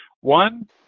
One